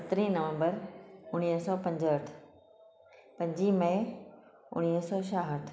सतरीं नवम्बर उणवीह सौ पंजहठ पंजी मेइ उणवीह सौ छाहठ